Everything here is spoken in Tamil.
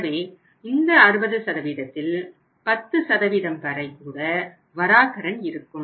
எனவே இந்த 60 இல் 10 வரை கூட வராக்கடன் இருக்கும்